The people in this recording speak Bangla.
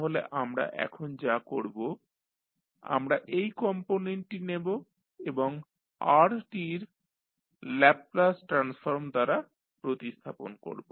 তাহলে আমরা এখন যা করব আমরা এই কম্পোনেন্টটি নেব এবং Rt র ল্যাপলাস ট্রান্সফর্ম দ্বারা প্রতিস্থাপন করব